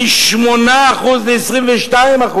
מ-8% ל-22%.